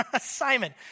Simon